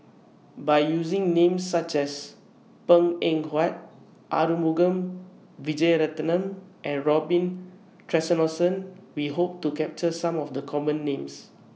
By using Names such as Png Eng Huat Arumugam Vijiaratnam and Robin We Hope to capture Some of The Common Names